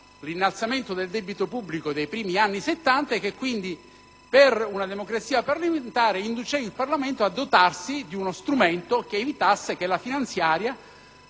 l'innalzamento del debito pubblico dei primi anni Settanta. Nel contesto di una democrazia parlamentare, essa induceva il Parlamento a dotarsi di uno strumento per evitare che la finanziaria